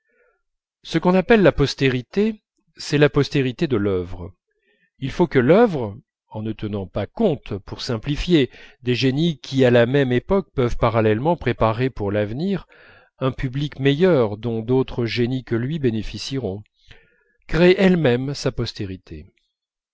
ce qu'on appelle la postérité c'est la postérité de l'œuvre il faut que l'œuvre en ne tenant pas compte pour simplifier des génies qui à la même époque peuvent parallèlement préparer pour l'avenir un public meilleur dont d'autres génies que lui bénéficieront crée elle-même sa postérité